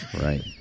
Right